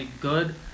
good